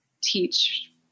teach